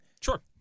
Sure